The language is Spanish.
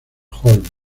holmes